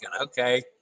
okay